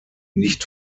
nicht